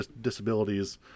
disabilities